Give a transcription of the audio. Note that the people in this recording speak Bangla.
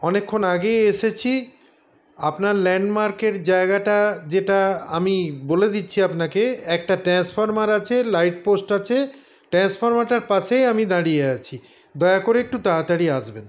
অনেকক্ষণ আগেই এসেছি আপনার ল্যান্ডমার্কের জায়গাটা যেটা আমি বলে দিচ্ছি আপনাকে একটা ট্রান্সফরমার আছে লাইট পোস্ট আছে ট্রান্সফরমারটার পাশেই আমি দাঁড়িয়ে আছি দয়া করে একটু তাড়াতাড়ি আসবেন